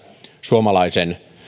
suomalaisen